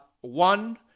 one